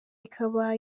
ikaba